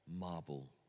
marble